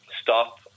stop